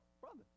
brother